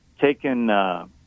taken –